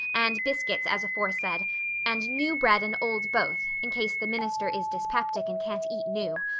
and biscuits as aforesaid and new bread and old both, in case the minister is dyspeptic and can't eat new.